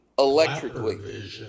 Electrically